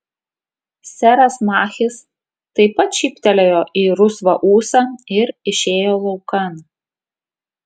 seras machis taip pat šyptelėjo į rusvą ūsą ir išėjo laukan